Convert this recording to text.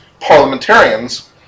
parliamentarians